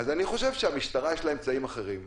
אני חושב שלמשטרה יש אמצעים אחרים,